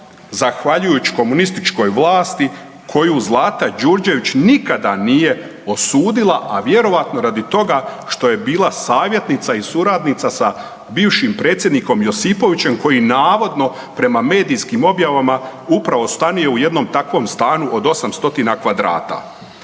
zahvaljujući komunističkoj vlasti koju Zlata Đurđević nikada nije osudila, a vjerojatno radi toga što je bila savjetnica i suradnica sa bivšim predsjednikom Josipovićem koji navodno prema medijskim objavama upravo stanuje u jednom takvom stanu od 800 kvadrata.